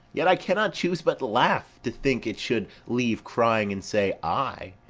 yet i cannot choose but laugh to think it should leave crying and say ay.